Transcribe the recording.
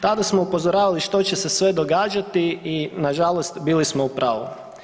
Tada smo upozoravali što će se sve događati i nažalost bili smo u pravu.